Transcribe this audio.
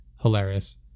hilarious